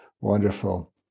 Wonderful